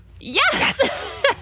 Yes